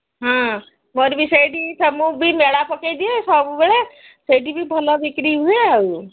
ହଁ ମୋର ବି ସେଇଠି ସାମୁ ବି ମେଳା ପକାଇଦିଏ ସବୁବେଳେ ସେଇଠି ବି ଭଲ ବିକ୍ରି ହୁଏ ଆଉ